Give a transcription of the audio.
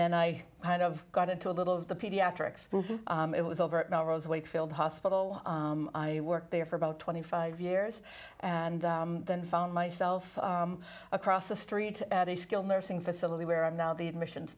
then i kind of got into a little of the pediatrics it was over at melrose wakefield hospital i worked there for about twenty five years and then found myself across the street at a skilled nursing facility where i'm now the admissions